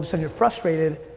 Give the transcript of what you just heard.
and you're frustrated,